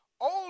old